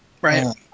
right